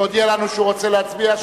שהודיע לנו שהוא רוצה להצביע,